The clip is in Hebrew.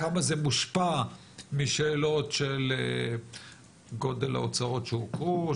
כמה זה מושפע משאלות של גודל ההוצאות שהוכרו,